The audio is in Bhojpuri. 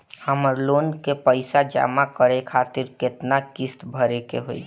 हमर लोन के पइसा जमा करे खातिर केतना किस्त भरे के होई?